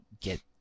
get